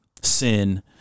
sin